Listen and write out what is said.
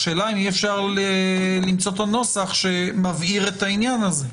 השאלה אם אפשר למצוא נוסח שמבהיר את העניין הזה.